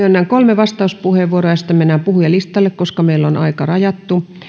myönnän kolme vastauspuheenvuoroa ja sitten mennään puhujalistalle koska meillä on aika rajattu